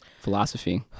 philosophy